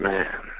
Man